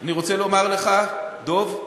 אני רוצה לומר לך, דב,